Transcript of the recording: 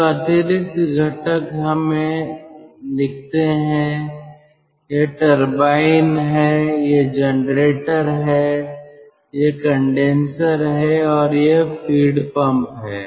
तो अतिरिक्त घटक हमें लिखते हैं कि यह टरबाइन है यह जनरेटर है यह कंडेनसर है और यह फीड पंप है